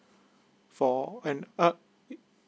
for an